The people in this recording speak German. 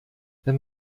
wenn